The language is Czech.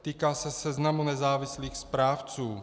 Týká se seznamu nezávislých správců.